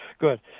Good